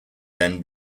then